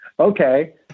okay